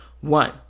one